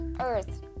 Earth